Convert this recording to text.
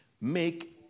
make